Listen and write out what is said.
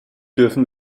dürfen